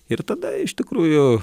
ir tada iš tikrųjų